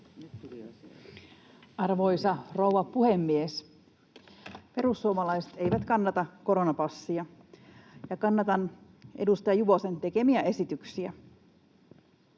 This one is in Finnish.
Arvoisa rouva puhemies! Perussuomalaiset eivät kannata koronapassia. Kannatan edustaja Juvosen tekemiä esityksiä.